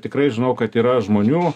tikrai žinau kad yra žmonių